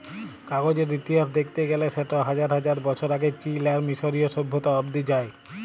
কাগজের ইতিহাস দ্যাখতে গ্যালে সেট হাজার হাজার বছর আগে চীল আর মিশরীয় সভ্যতা অব্দি যায়